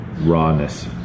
rawness